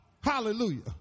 hallelujah